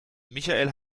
michael